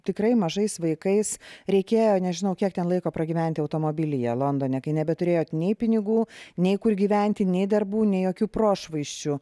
tikrai mažais vaikais reikėjo nežinau kiek ten laiko pragyventi automobilyje londone kai nebeturėjot nei pinigų nei kur gyventi nei darbų nei jokių prošvaisčių